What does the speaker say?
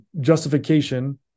justification